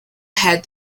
head